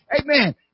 Amen